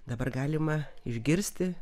dabar galima išgirsti